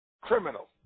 criminal